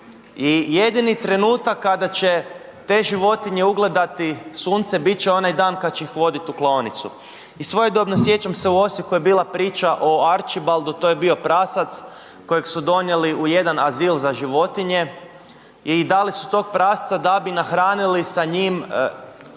I jedini trenutak kada će te životinje ugledati sunce, bit će onaj dan kad će ih voditi u klaonicu. I svojedobno, sjećam se u Osijeku je bila priča o Arčibaldu, to je bio prasac kojeg su donijeli u jedan azil za životinje i dali su tog prasca da bi nahranili sa njim